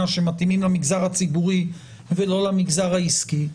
שמתאימים למגזר הציבורי ולא למגזר העסקי.